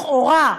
לכאורה,